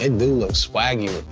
and do look swaggy.